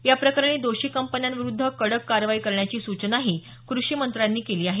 याप्रकरणी दोषी कंपन्यांविरुद्ध कडक कारवाई करण्याची सूचनाही कृषी मंत्र्यांनी केली आहे